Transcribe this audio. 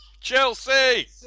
Chelsea